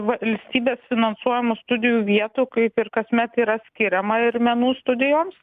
valstybės finansuojamų studijų vietų kaip ir kasmet yra skiriama ir menų studijoms